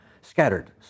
scattered